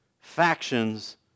factions